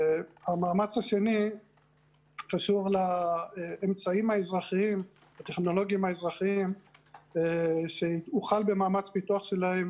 המאמץ השני קשור לאמצעים הטכנולוגיים האזרחיים שהוחל במאמץ פיתוח שלהם